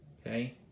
okay